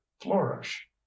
flourish